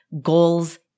goals